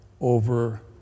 over